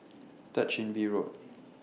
Third Chin Bee Road